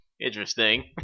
interesting